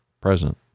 present